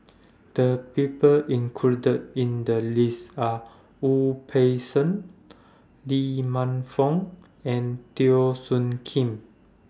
The People included in The list Are Wu Peng Seng Lee Man Fong and Teo Soon Kim